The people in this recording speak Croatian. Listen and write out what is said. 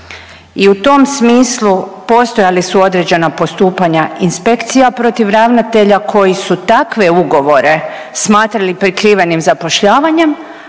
i u tom smislu postojala su određena odstupanja inspekcija protiv ravnatelja koji su takve ugovore smatrali prekrivenim zapošljavanjem,